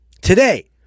Today